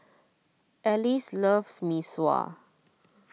Alyce loves Mee Sua